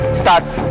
starts